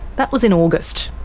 that was in august.